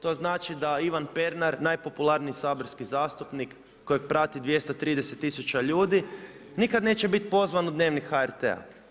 To znači da Ivan Pernar, najpopularniji saborski zastupnik kojeg prati 230000 ljudi, nikada neće biti pozvan u Dnevnik HRT-a.